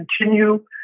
continue